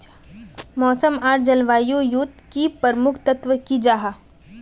मौसम आर जलवायु युत की प्रमुख तत्व की जाहा?